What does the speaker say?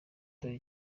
dore